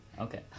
Okay